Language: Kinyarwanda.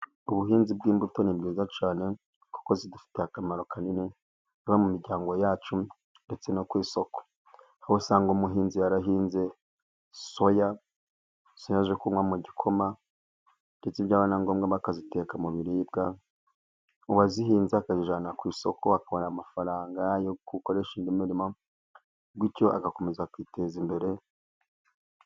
Ubuhinzi bw'imbuto ni bwiza cyane kuko zidufitiye akamaro kanini, haba mu miryango yacu ndetse no ku isoko, aho usanga umuhinzi yarahinze soya, soya zo kunywa mu gikoma ndetse byaba na ngombwa bakaziteka mu biribwa, uwazihinze akazijyana ku isoko akabona amafaranga yo gukoresha indi mirimo, bityo agakomeza akiteza imbere.